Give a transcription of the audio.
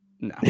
no